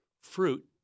fruit